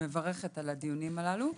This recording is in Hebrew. ומברכת על הדיונים הללו.